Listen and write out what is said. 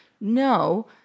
no